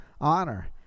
honor